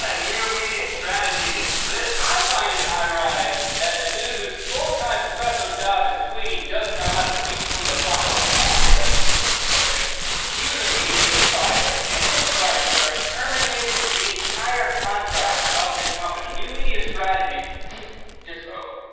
ah new media strategy is this? i find it ironic that a dude whose full-time professional job is tweeting doesn't know how to tweet from the proper account. yeah, that's important. you gotta make the switch. he was immediately fired and then chrysler terminated the entire contract of his company. new media strategies fwoop! oh.